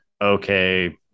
okay